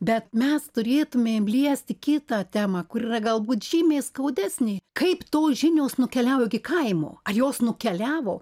bet mes turėtumėm liesti kitą temą kur yra galbūt žymiai skaudesnė kaip tos žinios nukeliavo iki kaimo ar jos nukeliavo